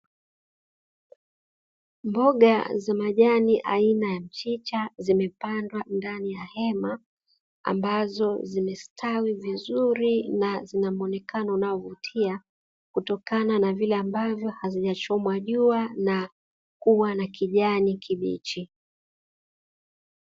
Mboga za majani aina ya mchicha zimepandwa ndani ya hema, zimestawi vizuri na muonekano unaovutia kutokana na kutochomwa na jua na kuwa na rangi ya kijani kibichi.